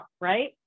right